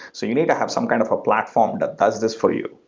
so you need to have some kind of a platform that does this for you,